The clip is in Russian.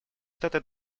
штаты